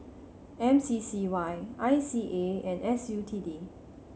M C C Y I C A and S U T D